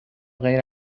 غیر